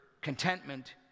contentment